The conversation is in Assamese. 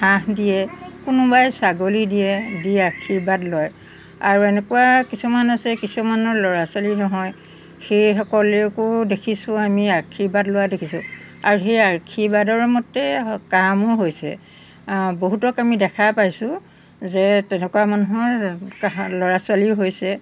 হাঁহ দিয়ে কোনোবাই ছাগলী দিয়ে দি আশীৰ্বাদ লয় আৰু এনেকুৱা কিছুমান আছে কিছুমানৰ ল'ৰা ছোৱালী নহয় সেইসকলকো দেখিছোঁ আমি আশীৰ্বাদ লোৱা দেখিছোঁ আৰু সেই আশীৰ্বাদৰ মতে কামো হৈছে বহুতক আমি দেখা পাইছোঁ যে তেনেকুৱা মানুহৰ তাহাঁ ল'ৰা ছোৱালীও হৈছে